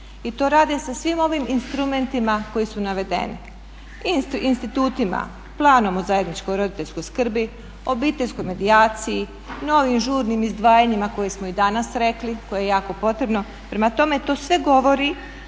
I to rade sa svim ovim instrumentima koji su navedeni. Institutima, planom o zajedničkoj roditeljskoj skrbi, obiteljskoj medijaciji, novim žurnim izdvajanjima koje smo i danas rekli koje je jako potrebno. Prema tome, to sve govori